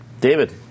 David